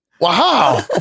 Wow